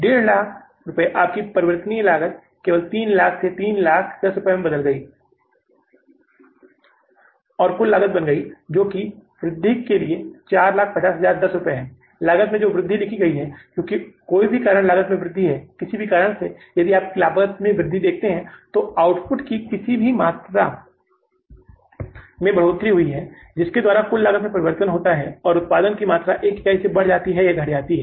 150000 आपकी परिवर्तनीय लागत केवल 3 लाख से 3 लाख और 10 रुपये में बदल गई है और कुल लागत बन गई है जो लागत में वृद्धि के लिए 450010 रुपये है लागत में यह वृद्धि जो लिखी गई है क्योंकि कोई भी कारण लागत में वृद्धि है किसी भी कारण से है यदि आप लागत में इस वृद्धि को देखते हैं तो आउटपुट की किसी भी मात्रा की मात्रा है जिसके द्वारा कुल लागत में परिवर्तन होता है यदि उत्पादन की मात्रा एक इकाई से भी बढ़ जाती है या घट जाती है